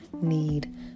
need